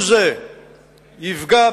1. מדד הפריפריה,